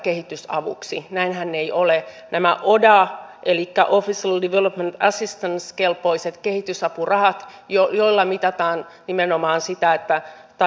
täällä edustaja mykkänen kysyi myös näistä yrittämisen esteistä ja siitä miten saadaan nämä ihmiset paremmin työn varteen kiinni